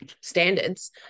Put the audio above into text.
standards